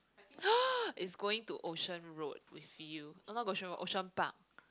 it's going to Ocean-Road with you no not Ocean-Road Ocean-Park